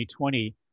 2020